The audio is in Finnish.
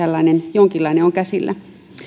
jonkinlainen tällainen on käsillä